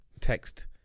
text